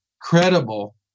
credible